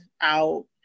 out